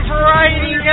Variety